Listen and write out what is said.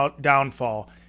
downfall